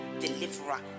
Deliverer